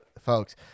folks